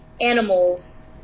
animals